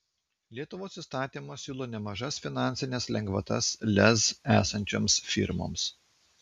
lietuvos įstatymas siūlo nemažas finansines lengvatas lez esančioms firmoms